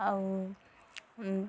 ଆଉ